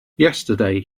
yesterday